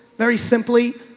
very simply,